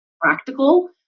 practical